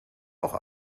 auch